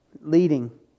leading